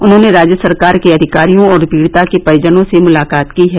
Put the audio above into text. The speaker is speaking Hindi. उन्होंने राज्य सरकार के अधिकारियों और पीडिता के परिजनों से मुलाकात की है